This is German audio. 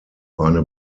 eine